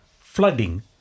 flooding